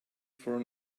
for